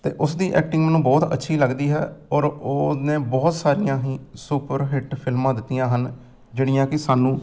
ਅਤੇ ਉਸਦੀ ਐਕਟਿੰਗ ਮੈਨੂੰ ਬਹੁਤ ਅੱਛੀ ਲੱਗਦੀ ਹੈ ਔਰ ਉਹਨੇ ਬਹੁਤ ਸਾਰੀਆਂ ਹੀ ਸੁਪਰ ਹਿੱਟ ਫਿਲਮਾਂ ਦਿੱਤੀਆਂ ਹਨ ਜਿਹੜੀਆਂ ਕਿ ਸਾਨੂੰ